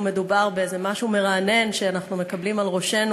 כאילו מדובר באיזה משהו מרענן שאנחנו מקבלים על ראשינו,